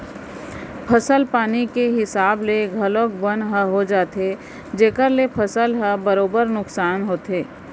फसल पानी के हिसाब ले घलौक बन ह हो जाथे जेकर ले फसल ह बरोबर नुकसान होथे